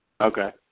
Okay